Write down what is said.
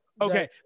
Okay